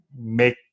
make